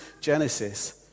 Genesis